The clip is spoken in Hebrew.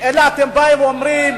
אלא אתם באים ואומרים,